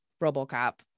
RoboCop